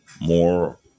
more